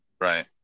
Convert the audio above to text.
right